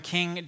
King